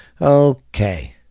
Okay